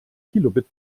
kilobit